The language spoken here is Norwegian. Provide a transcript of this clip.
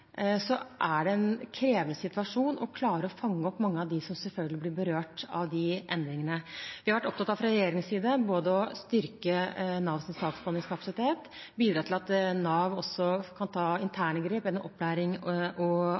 er det en krevende situasjon å klare å fange opp mange av dem som selvfølgelig blir berørt av de endringene. Vi har fra regjeringens side vært opptatt av både å styrke Navs saksbehandlingskapasitet og å bidra til at Nav kan ta interne grep gjennom opplæring og